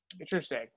Interesting